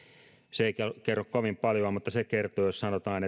se ei kerro kovin paljoa mutta se kertoo jos sanotaan